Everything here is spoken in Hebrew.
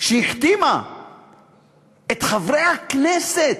והחתימה את חברי הכנסת.